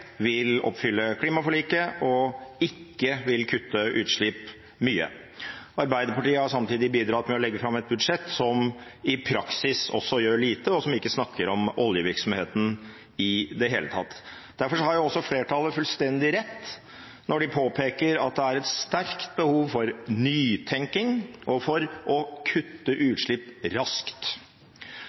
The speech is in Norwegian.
vil oppfylle klimaforliket og ikke vil kutte utslippene mye. Arbeiderpartiet har samtidig bidratt med å legge fram et budsjett som i praksis gjør lite, og hvor det ikke snakkes om oljevirksomheten i det hele tatt. Derfor har også flertallet fullstendig rett når de påpeker at det er et sterkt behov for nytenking og for å kutte utslipp raskt.